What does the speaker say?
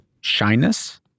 shyness